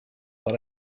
but